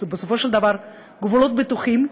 בסופו של דבר גבולות בטוחים,